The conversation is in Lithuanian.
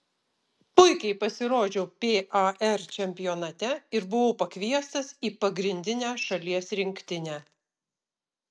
puikiai pasirodžiau par čempionate ir buvau pakviestas į pagrindinę šalies rinktinę